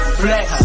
flex